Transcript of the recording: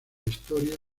historia